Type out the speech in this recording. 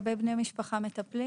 לגבי בני משפחה מטפלים.